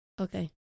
okay